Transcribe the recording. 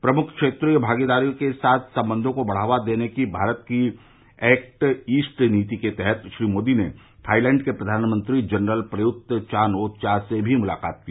प्रमुख क्षेत्रीय भागीदारों के साथ संबंधों को बढ़ावा देने की भारत की एक्ट ईस्ट नीति के तहत श्री मोदी ने थाईलैंड के प्रघानमंत्री general Prayut Chan o cha से भी मुलाकात की